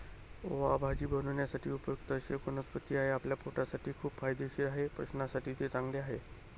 ओवा भाजी बनवण्यासाठी उपयुक्त अशी एक वनस्पती आहे, आपल्या पोटासाठी खूप फायदेशीर आहे, पचनासाठी ते चांगले आहे